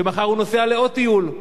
שמחר הוא נוסע לעוד טיול,